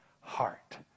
heart